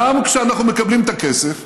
גם כשאנחנו מקבלים את הכסף,